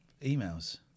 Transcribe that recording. emails